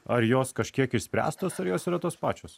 ar jos kažkiek išspręstos ar jos yra tos pačios